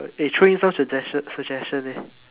eh throw in some suggestion some suggestion eh